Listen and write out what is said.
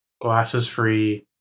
glasses-free